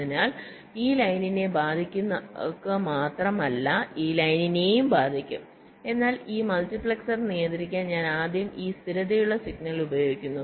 അതിനാൽ ഈ ലൈനിനെ ബാധിക്കുക മാത്രമല്ല ഈ ലൈനിനെയും ബാധിക്കും എന്നാൽ ഈ മൾട്ടിപ്ലക്സർ നിയന്ത്രിക്കാൻ ഞാൻ ആദ്യം ഈ സ്ഥിരതയുള്ള സിഗ്നൽ ഉപയോഗിക്കുന്നു